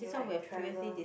like travel